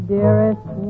Dearest